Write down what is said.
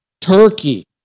Turkey